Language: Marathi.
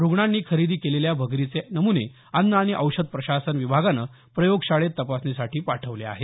रुग्णांनी खरेदी केलेल्या भगरीचे नमुने अन्न आणि औषध प्रशासन विभागानं प्रयोगशाळेत तपासणीसाठी पाठवले आहेत